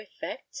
effect